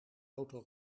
auto